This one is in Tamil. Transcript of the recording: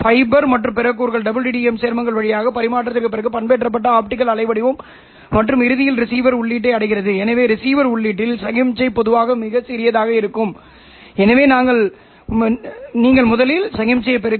இதை சில பின்னர் உள்வரும் சமிக்ஞைகளின் அதிர்வெண் உள்ளூர் ஆஸிலேட்டர் அதிர்வெண்ணிலிருந்து வேறுபட்டால் அதன் விளைவாக வரும் சமிக்ஞை மேலும் தொடரப்படும் பின்னர் நீங்கள் இடைநிலை அதிர்வெண்